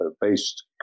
based